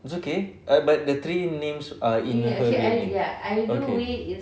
it's okay err but the three names are in her real name okay